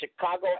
Chicago